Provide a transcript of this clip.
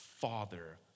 father